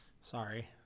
Sorry